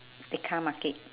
tekka market